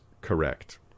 correct